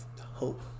hope